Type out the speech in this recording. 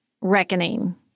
reckoning